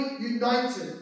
united